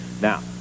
Now